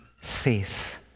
says